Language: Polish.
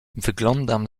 wyglądam